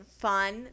fun